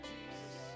Jesus